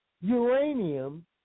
uranium